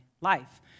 life